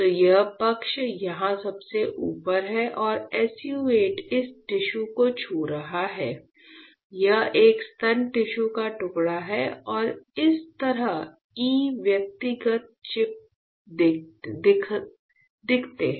तो यह पक्ष यहाँ सबसे ऊपर है और SU 8 इस टिश्यू को छू रहा है यह एक स्तन टिश्यू का टुकड़ा है और इस तरह E व्यक्तिगत चिप्स दिखते हैं